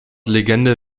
legende